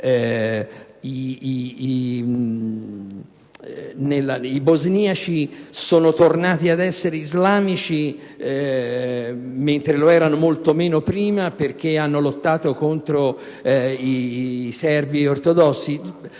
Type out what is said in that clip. I bosniaci sono tornati ad essere islamici, mentre lo erano molto meno prima, perché hanno lottato contro i serbi ortodossi.